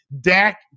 Dak